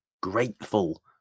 grateful